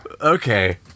Okay